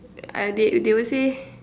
uh they they would say